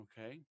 Okay